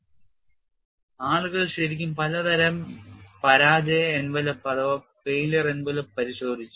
FAD Curve Definition ആളുകൾ ശരിക്കും പലതരം പരാജയ എൻവലപ്പുകൾ പരിശോധിച്ചു